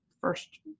first